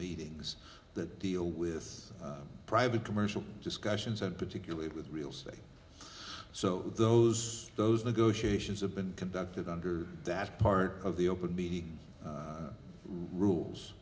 meetings that deal with private commercial discussions and particularly with real say so those those negotiations have been conducted under that part of the open meeting rules